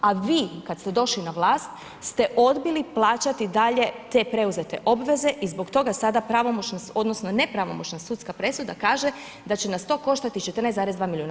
A vi kada ste došli na vlast ste odbili plaćati dalje te preuzete obveze i zbog toga sada pravomoćna, odnosno nepravomoćna sudska presuda kaže da će nas to koštati 14,2 milijuna.